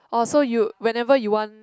orh so you whenever you want